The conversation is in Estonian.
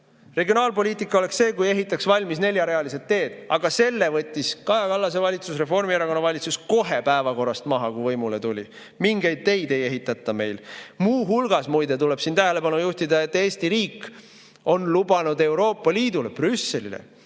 Regionaalpoliitika oleks see, kui ehitataks valmis neljarealised teed, aga selle võttis Kaja Kallase valitsus, Reformierakonna valitsus kohe päevakorrast maha, kui võimule tuli. Mingeid teid ei ehitata. Muide, tuleb tähelepanu juhtida sellele, et Eesti riik on lubanud Euroopa Liidule, Brüsselile,